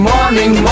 Morning